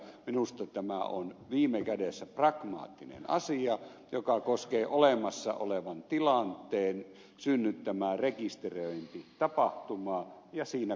minusta tämä on viime kädessä pragmaattinen asia joka koskee olemassa olevan tilanteen synnyttämää rekisteröintitapahtumaa ja siinä kaikki